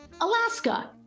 alaska